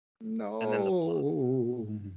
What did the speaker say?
No